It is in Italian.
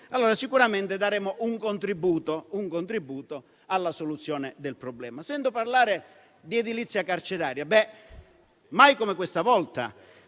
allora sicuramente avremo dato un contributo alla soluzione del problema. Sento parlare di edilizia carceraria. Mai come questa volta